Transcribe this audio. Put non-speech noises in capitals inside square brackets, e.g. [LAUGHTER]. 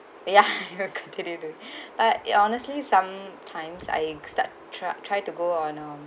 ya your competitor [BREATH] but honestly some times I start tried try to go on um